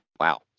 Wow